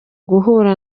guhura